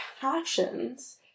passions